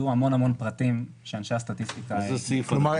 יהיו המון פרטים שאנשי הסטטיסטיקה יוסיפו.